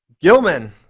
Gilman